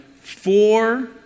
four